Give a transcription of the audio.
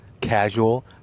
casual